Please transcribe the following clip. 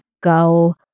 go